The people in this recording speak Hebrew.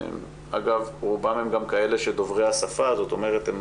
אגב, רובם הם גם כאלה שדוברי השפה, זאת אומרת, הם